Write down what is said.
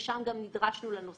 שאלנו אותו